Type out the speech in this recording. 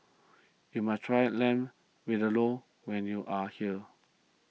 you must try Lamb Vindaloo when you are here